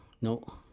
no